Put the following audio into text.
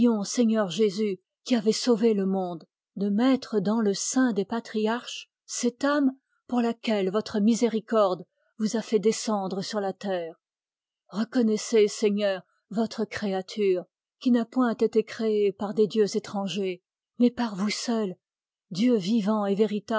seigneur jésus qui avez sauvé le monde de mettre dans le sein des patriarches cette âme pour laquelle votre miséricorde vous a fait descendre sur la terre reconnaissez seigneur votre créature qui n'a point été créée par des dieux étrangers mais par vous seul dieu vivant